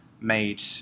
made